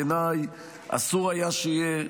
בעיניי אסור היה שיהיה,